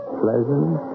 pleasant